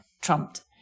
trumped